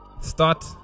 start